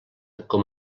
com